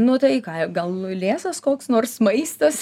nu tai ką gal lėsas koks nors maistas